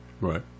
Right